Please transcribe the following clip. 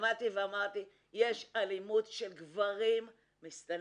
עמדתי ואמרתי שיש אלימות של גברים מסתננים,